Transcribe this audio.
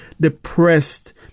depressed